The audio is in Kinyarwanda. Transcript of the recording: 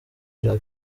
irak